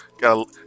Got